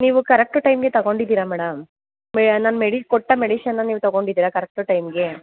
ನೀವು ಕರೆಕ್ಟ್ ಟೈಮಿಗೆ ತಗೊಂಡಿದ್ದೀರಾ ಮೇಡಮ್ ಮೇ ನಾನು ಮೇಡಿ ಕೊಟ್ಟ ಮೆಡಿಷನ್ನ ನೀವು ತಗೊಂಡಿದ್ದೀರಾ ಕರೆಕ್ಟು ಟೈಮಿಗೆ